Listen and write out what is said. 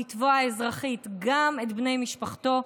לתבוע אזרחית גם את בני משפחתו.